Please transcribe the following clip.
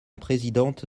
présidente